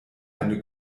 eine